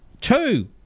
two